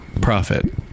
profit